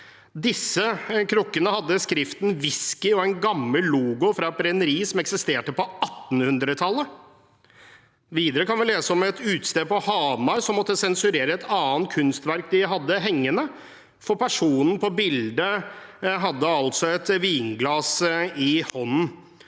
Disse krukkene hadde påskriften «whisky» og en gammel logo fra et brenneri som eksisterte på 1800-tallet. Videre kan vi lese om et utested på Hamar som måtte sensurere et annet kunstverk de hadde hengende, for personen på bildet hadde et vinglass i hånden.